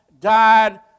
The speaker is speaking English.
died